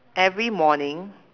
every morning